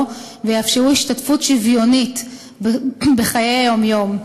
ויאפשרו השתתפות שוויונית בחיי היום-יום.